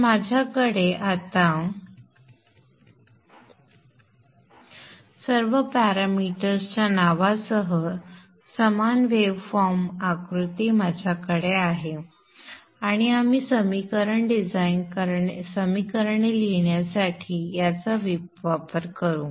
तर माझ्याकडे सर्व पॅरामीटर्सच्या नावासह समान वेव्ह फॉर्म आकृती माझ्याकडे आहे आणि आपण समीकरण डिझाइन समीकरणे लिहिण्यासाठी याचा वापर करू